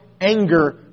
anger